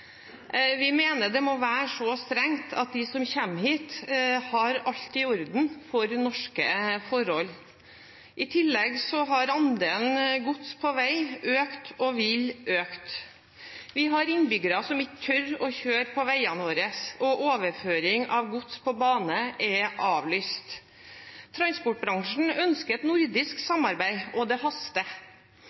Vi mener det må være så strengt at de som kommer hit, har alt i orden for norske forhold. I tillegg har andelen gods på vei økt og vil øke. Vi har innbyggere som ikke tør å kjøre på veiene våre, og overføring av gods til bane er avlyst. Transportbransjen ønsker et nordisk samarbeid, og det haster.